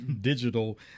digital